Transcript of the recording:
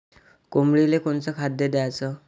कोंबडीले कोनच खाद्य द्याच?